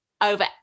over